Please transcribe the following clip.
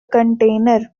container